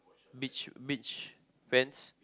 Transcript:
beach beach pants